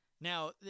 Now